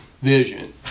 vision